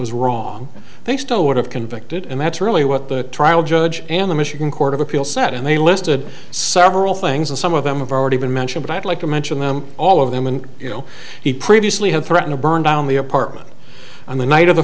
was wrong they still would have convicted and that's really what the trial judge and the michigan court of appeals said and they listed several things and some of them have already been mentioned but i'd like to mention them all of them and you know he previously had threatened to burn down the apartment on the night of the